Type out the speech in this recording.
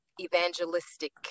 evangelistic